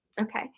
Okay